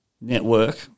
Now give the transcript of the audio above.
network